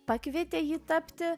pakvietė jį tapti